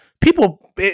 people